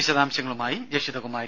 വിശദാംശങ്ങളുമായി ജഷിത കുമാരി